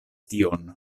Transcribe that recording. tion